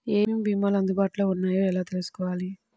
ఏమేమి భీమాలు అందుబాటులో వున్నాయో ఎలా తెలుసుకోవాలి?